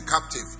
captive